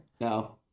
No